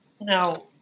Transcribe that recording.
now